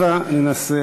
הבה ננסה להרגיע.